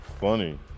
funny